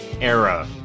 era